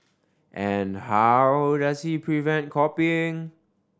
and how does he prevent copying